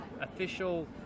official